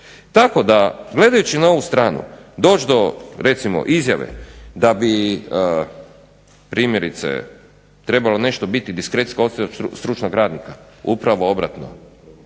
Tako da gledajući na ovu stranu doći do recimo izjave da bi primjerice trebalo nešto biti diskrecijska osnova stručnog radnika, upravo obratno,